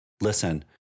Listen